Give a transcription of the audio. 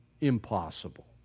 Impossible